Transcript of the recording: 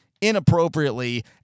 inappropriately